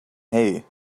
hay